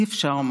אי-אפשר,